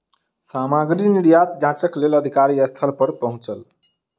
सामग्री निर्यात जांचक लेल अधिकारी स्थल पर पहुँचल